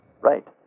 Right